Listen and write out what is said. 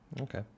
Okay